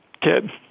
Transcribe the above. kid